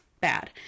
bad